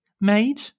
made